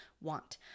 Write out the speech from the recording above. want